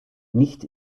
nicht